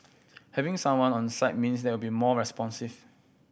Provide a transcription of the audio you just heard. having someone on site means there will be more responsive